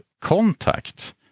contact